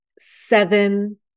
seven